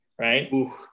Right